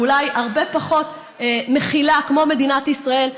ואולי הרבה פחות מכילה כמו מדינת ישראל,